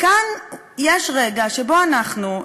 כאן יש רגע שבו אנחנו,